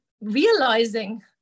realizing